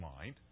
mind